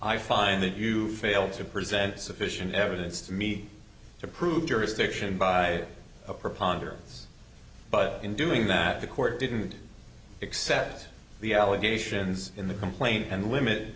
i find that you failed to present sufficient evidence to me to prove jurisdiction by a preponderance but in doing that the court didn't accept the allegations in the complaint and limited